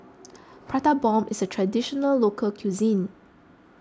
Prata Bomb is a Traditional Local Cuisine